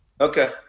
Okay